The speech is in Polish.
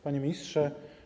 Panie Ministrze!